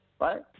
right